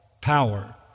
power